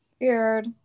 Weird